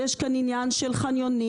יש כאן עניין של חניונים,